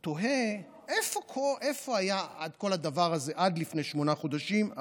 אני תוהה איפה היה כל הדבר הזה עד לפני שמונה חודשים,